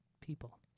people